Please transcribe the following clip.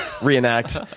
reenact